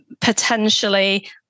potentially